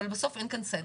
אבל בסוף אין כאן סדר.